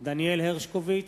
דניאל הרשקוביץ,